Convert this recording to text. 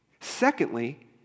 Secondly